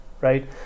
right